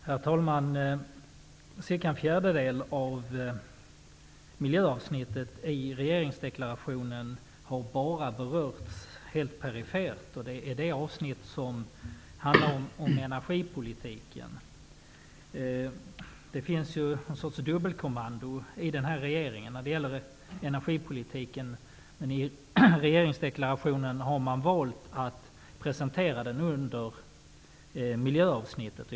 Herr talman! Ungefär en fjärdedel av miljöavsnittet i regeringsdeklarationen har bara berörts helt perifert. Det är det avsnitt som handlar om energipolitiken. Det finns en sorts dubbelkommando i den här regeringen när det gäller energipolitiken. Men i regeringsdeklarationen har man valt att presentera den under miljöavsnittet.